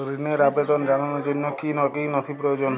ঋনের আবেদন জানানোর জন্য কী কী নথি প্রয়োজন?